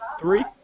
three